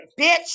bitch